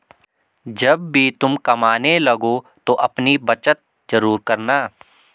जब भी तुम कमाने लगो तो अपनी बचत जरूर करना